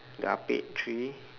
the ah pek three